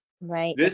Right